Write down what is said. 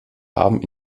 haben